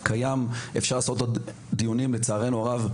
ולצערנו הרב,